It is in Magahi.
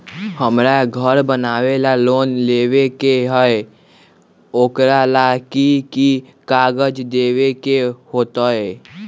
हमरा घर बनाबे ला लोन लेबे के है, ओकरा ला कि कि काग़ज देबे के होयत?